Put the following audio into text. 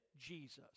Jesus